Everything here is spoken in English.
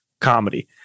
comedy